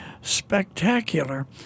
spectacular